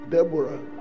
Deborah